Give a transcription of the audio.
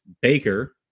Baker